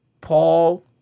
Paul